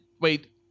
wait